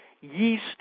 yeast